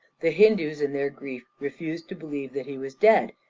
the hindoos in their grief refused to believe that he was dead,